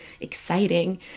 exciting